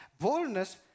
Boldness